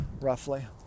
roughly